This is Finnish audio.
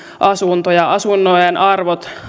asuntoja asuntojen arvot